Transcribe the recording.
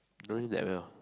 know him that well